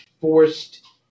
forced